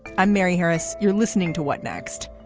i'm mary harris. you're listening to what next.